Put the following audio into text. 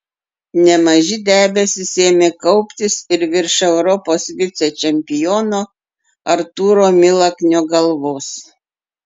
nemaži debesys ėmė kauptis ir virš europos vicečempiono artūro milaknio galvos